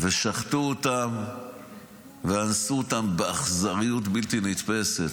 ושחטו אותם ואנסו אותם באכזריות בלתי נתפסת.